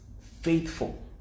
faithful